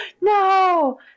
no